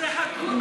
שזה הגון עוד יותר.